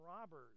robbers